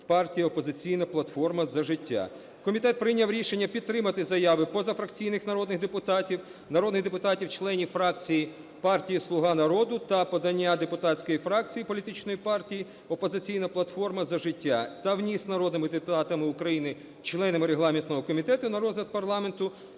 партії "Опозиційна платформа – За життя". Комітет прийняв рішення підтримати заяви позафракційних народних депутатів, народних депутатів членів фракції партії "Слуга народу" та подання депутатської фракції політичної партії "Опозиційна платформа – За життя" та вніс народними депутатами України, членами регламентного комітету на розгляд парламенту